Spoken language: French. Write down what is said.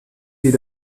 des